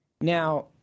Now